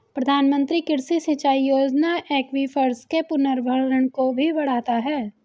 प्रधानमंत्री कृषि सिंचाई योजना एक्वीफर्स के पुनर्भरण को भी बढ़ाता है